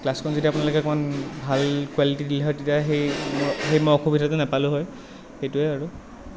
গ্লাছখন যদি আপোনালোকে অকণমান ভাল কোৱালিটী দিলে হয় সেই মই অসুবিধাটো নাপালোঁ হয় সেইটোৱেই আৰু